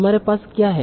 हमारे पास क्या है